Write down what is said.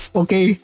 okay